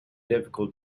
difficult